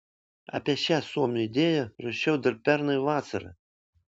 apie šią suomių idėją rašiau dar pernai vasarą